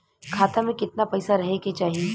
खाता में कितना पैसा रहे के चाही?